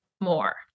more